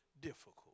difficult